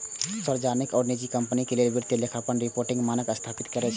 ई सार्वजनिक आ निजी कंपनी लेल वित्तीय लेखांकन आ रिपोर्टिंग मानक स्थापित करै छै